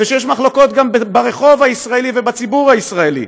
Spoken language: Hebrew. ויש מחלוקות גם ברחוב הישראלי ובציבור הישראלי.